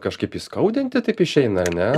kažkaip įskaudinti taip išeina ar ne